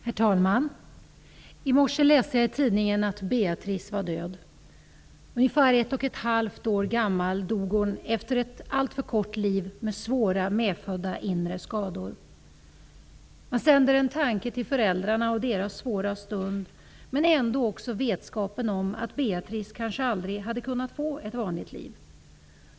Herr talman! I morse läste jag i tidningen att Beatrice var död. Ungefär 1,5 år gammal dog hon efter ett alltför kort liv med svåra medfödda inre skador. Man sänder en tanke till föräldrarna i deras svåra stund. De hade dock vetskapen om att Beatrice kanske aldrig skulle ha kunnat få ett vanligt liv.